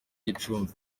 gicumbi